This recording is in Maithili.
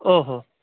ओहो